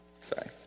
Sorry